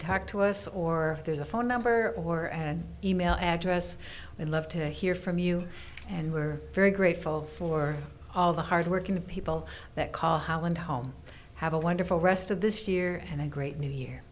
talk to us or there's a phone number or an e mail address i love to hear from you and we're very grateful for all the hardworking people that call holland home have a wonderful rest of this year and a great new year